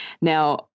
Now